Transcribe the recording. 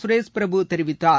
சுரேஷ் பிரபு தெரிவித்தார்